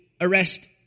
arrest